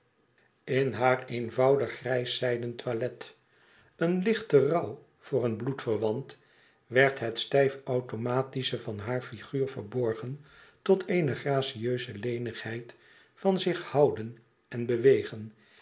in haar eenvoudig grijs zijden toilet een lichte rouw voor een bloedverwant werd het stijve automatische van haar figuur verbogen tot eene gracieuze lenigheid van zich houden en bewegen